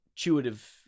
intuitive